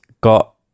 got